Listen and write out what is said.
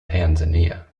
tanzania